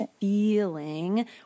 feeling